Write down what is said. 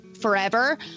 forever